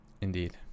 Indeed